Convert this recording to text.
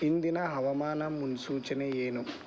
ಇಂದಿನ ಹವಾಮಾನ ಮುನ್ಸೂಚನೆ ಏನು